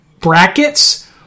brackets